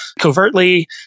covertly